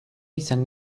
izan